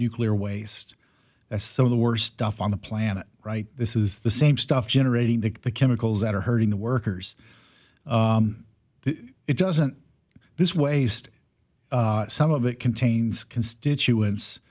nuclear waste that's some of the worst stuff on the planet right this is the same stuff generating the chemicals that are hurting the workers it doesn't this waste some of it contains constituents